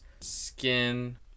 skin